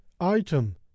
Item